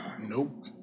Nope